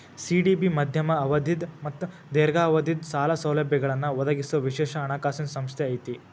CDB ಮಧ್ಯಮ ಅವಧಿದ್ ಮತ್ತ ದೇರ್ಘಾವಧಿದ್ ಸಾಲ ಸೌಲಭ್ಯಗಳನ್ನ ಒದಗಿಸೊ ವಿಶೇಷ ಹಣಕಾಸಿನ್ ಸಂಸ್ಥೆ ಐತಿ